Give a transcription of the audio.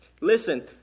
Listen